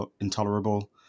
intolerable